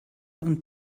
und